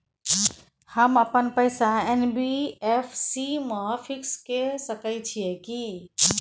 हम अपन पैसा एन.बी.एफ.सी म फिक्स के सके छियै की?